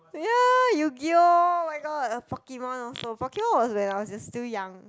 ya Yu-Gi-Oh [oh]-my-god a Pokemon also Pokemon was when I was still young